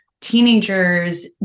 teenagers